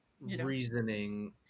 reasoning